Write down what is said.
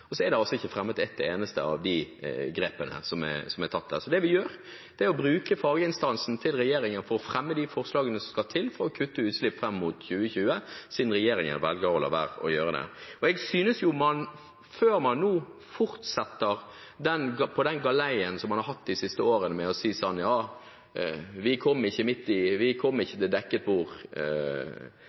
og så er det altså ikke fremmet forslag om ett eneste av de grepene som er tatt der. Så det vi gjør, er å bruke faginstansen til regjeringen for å fremme de forslagene som skal til for å kutte utslipp fram mot 2020, siden regjeringen velger å la være å gjøre det. Og jeg synes jo at man, før man nå fortsetter på den galeien man har vært på de siste årene med å si at vi kom ikke